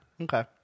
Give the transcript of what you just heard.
Okay